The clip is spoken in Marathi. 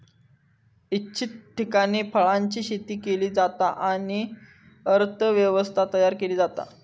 इच्छित ठिकाणी फळांची शेती केली जाता आणि अर्थ व्यवस्था तयार केली जाता